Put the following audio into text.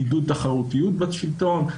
עידוד תחרותיות בשלטון.